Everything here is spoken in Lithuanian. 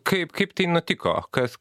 kaip kaip tai nutiko kas